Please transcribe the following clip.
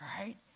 right